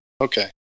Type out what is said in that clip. okay